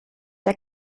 der